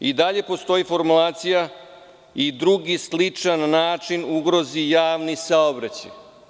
I dalje postoji formulacija: „i drugi sličan način ugrozi javni saobraćaj“